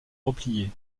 replier